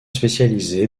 spécialisée